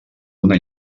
una